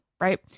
right